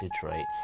Detroit